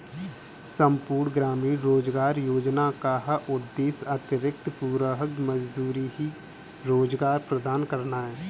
संपूर्ण ग्रामीण रोजगार योजना का उद्देश्य अतिरिक्त पूरक मजदूरी रोजगार प्रदान करना है